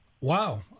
Wow